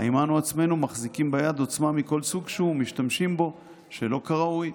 האם אנו עצמנו מחזיקים ביד עוצמה מכל סוג שהוא ומשתמשים בו שלא כראוי.